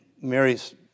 Mary's